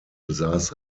besass